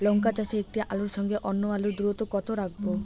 লঙ্কা চাষে একটি আলুর সঙ্গে অন্য আলুর দূরত্ব কত রাখবো?